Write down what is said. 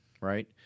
right